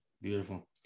Beautiful